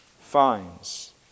finds